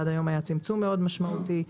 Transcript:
עד היום היה צמצום משמעותי מאוד.